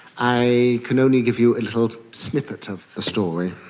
i can only give you a little snippet of the story.